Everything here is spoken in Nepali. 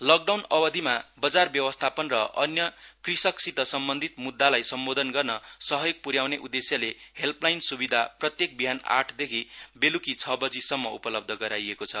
लकडाउन अवधिमा बजार व्यवस्थापन र अन्य कृषकसित सम्बन्धित मुद्दालाई सम्बोधन गर्न सहयोग प्र्याउने उद्देश्यले हेल्पलाइन स्विधान प्रत्येक बिहान आठदेखि बेल्की छबजीसम्म उपलब्ध गराइएको छ